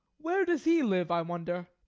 where does he live, i wonder?